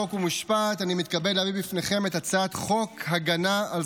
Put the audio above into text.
חוק ומשפט אני מתכבד להביא בפניכם את הצעת חוק הגנה על